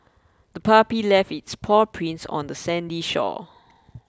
the puppy left its paw prints on the sandy shore